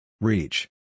Reach